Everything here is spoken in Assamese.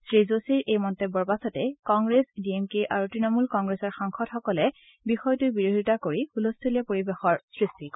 শ্ৰীযোশীৰ এই মন্তব্যৰ পাছতে কংগ্ৰেছ ডি এম কে আৰু তৃণমূল কংগ্ৰেছৰ সাংসদসকলে বিষয়টোৰ বিৰোধিতা কৰি হুলস্থূলীয়া পৰিৱেশৰ সৃষ্টি কৰে